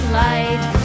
light